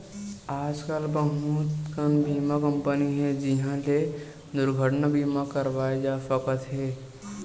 आजकल बहुत कन बीमा कंपनी हे जिंहा ले दुरघटना बीमा करवाए जा सकत हे